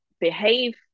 behave